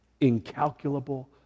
incalculable